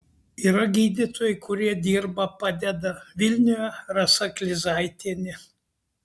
yra gydytojai kurie dirba padeda vilniuje rasa kizlaitienė